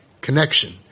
Connection